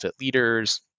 leaders